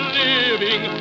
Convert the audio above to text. living